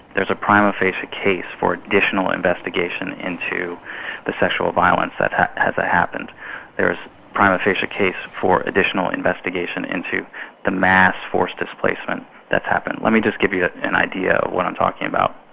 there's a prima facie case for additional investigation into the sexual violence that has ah happened there's a prima facie case for additional investigation into the mass force displacement that's happened. let me just give you an idea of what i'm talking about.